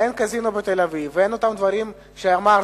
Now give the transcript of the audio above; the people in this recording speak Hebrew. אין קזינו בתל-אביב ואין אותם דברים שאמרת.